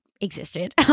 existed